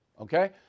okay